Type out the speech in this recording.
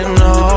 no